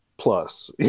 Plus